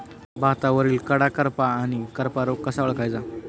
भातावरील कडा करपा आणि करपा रोग कसा ओळखायचा?